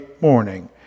morning